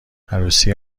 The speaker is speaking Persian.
عروسی